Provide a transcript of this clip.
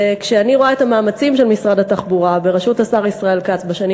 וכשאני רואה את המאמצים של משרד התחבורה בראשות השר ישראל כץ בשנים